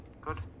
good